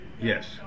Yes